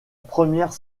première